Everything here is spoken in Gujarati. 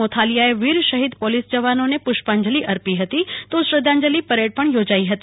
મોથાલીયાએ વીર હીદ પોલીસ જવાનોને પુષ્પાંજલી અર્પી હતી તો શ્રધ્ધાંજલિ પરેડ પણ યોજાઈ હતી